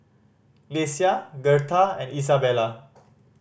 Lesia Gertha and Isabela